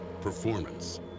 Performance